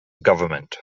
government